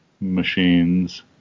machines